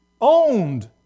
Owned